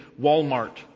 Walmart